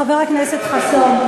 חבר הכנסת חסון,